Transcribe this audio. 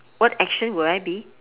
what action will I be